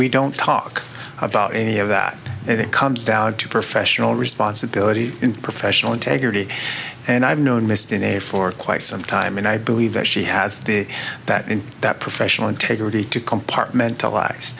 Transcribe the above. we don't talk about any of that and it comes down to professional responsibility in professional integrity and i've known missed in a for quite some time and i believe that she has the that and that professional integrity to compartmentalize